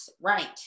right